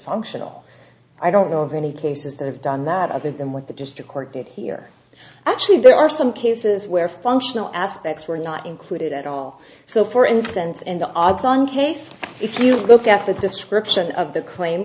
functional i don't know of any cases that have done that other than what the district court did here actually there are some cases where functional aspects were not included at all so for instance in the odds on case if you look at the description of the claim